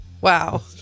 Wow